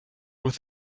with